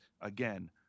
again